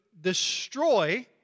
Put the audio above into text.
destroy